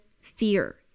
fear